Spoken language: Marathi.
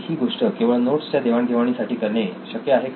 ही गोष्ट केवळ नोट्सच्या देवाणघेवाणीसाठी करणे शक्य आहे का